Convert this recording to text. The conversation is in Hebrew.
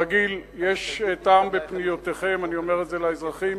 אורי אריאל, בבקשה לעלות.